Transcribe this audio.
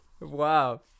Wow